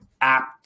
app